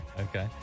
Okay